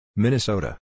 Minnesota